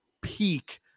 peak